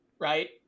right